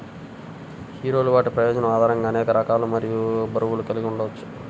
హీరోలు వాటి ప్రయోజనం ఆధారంగా అనేక రకాలు మరియు బరువులు కలిగి ఉండవచ్చు